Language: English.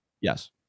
yes